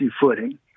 footing